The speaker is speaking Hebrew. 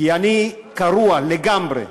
כי אני קרוע לגמרי.